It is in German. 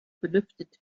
belüftet